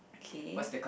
okay